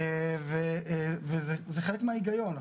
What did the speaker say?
זה חלק מההיגיון.